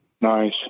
Nice